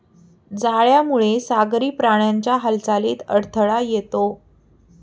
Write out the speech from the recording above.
जाळ्यामुळे सागरी प्राण्यांच्या हालचालीत अडथळा येतो